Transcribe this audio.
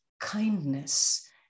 kindness